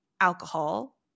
alcohol